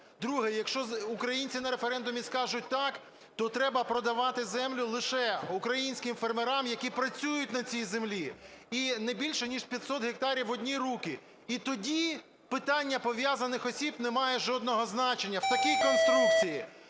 Друге. Якщо українці на референдумі скажуть "так", то треба продавати землю лише українським фермерам, які працюють на цій землі. І не більше, як 500 гектарів в одні руки. І тоді питання пов'язаних осіб не має жодного значення в такій конструкції.